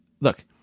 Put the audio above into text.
look